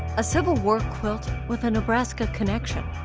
a civil war quilt with a nebraska connection,